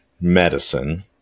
medicine